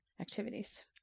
activities